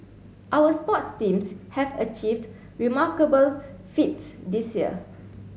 our sports teams have achieved remarkable feats this year